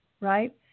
right